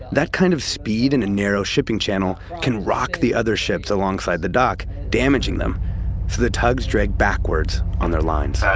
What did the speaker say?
that kind of speed in a narrow shipping channel can rock the other ships alongside the dock, damaging them so the tugs dragged backwards on their lines patty,